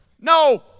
No